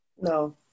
No